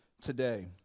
today